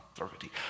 authority